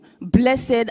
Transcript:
Blessed